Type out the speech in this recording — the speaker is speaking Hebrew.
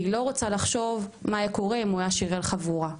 והיא לא רוצה לחשוב מה היה קורה אם הוא היה שיראל חבורה.